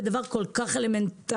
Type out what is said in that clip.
ודבר כל כך אלמנטרי,